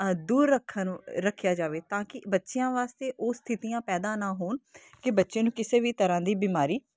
ਦੂਰ ਰੱਖਣ ਰੱਖਿਆ ਜਾਵੇ ਤਾਂ ਕਿ ਬੱਚਿਆਂ ਵਾਸਤੇ ਉਹ ਸਥਿਤੀਆਂ ਪੈਦਾ ਨਾ ਹੋਣ ਕਿ ਬੱਚੇ ਨੂੰ ਕਿਸੇ ਵੀ ਤਰ੍ਹਾਂ ਦੀ ਬਿਮਾਰੀ